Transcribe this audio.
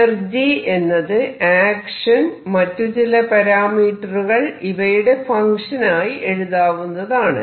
energy എന്നത് action മറ്റു ചില പരാമീറ്ററുകൾ ഇവയുടെ ഫങ്ക്ഷൻ ആയി എഴുതാവുന്നതാണ്